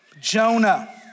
Jonah